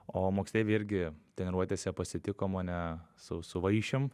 o moksleiviai irgi treniruotėse pasitiko mane su su vaišėm